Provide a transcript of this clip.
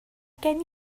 gen